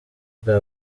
bwa